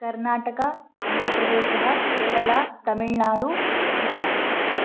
कर्नाटकः आन्द्रप्रदेशः केरला तमिळ्नाडु गुजरात्